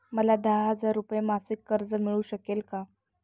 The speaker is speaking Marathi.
मला दहा हजार रुपये मासिक कर्ज मिळू शकेल का?